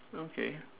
okay